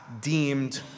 deemed